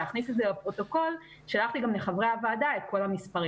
להכניס את זה לפרוטוקול שלחתי גם לחברי הוועדה את כל המספרים.